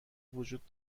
وجود